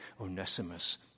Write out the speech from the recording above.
Onesimus